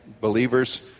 believers